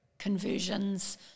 conversions